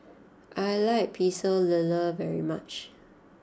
I like Pecel Lele very much